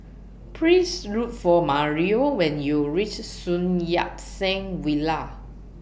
Please Look For Mario when YOU REACH Sun Yat Sen Villa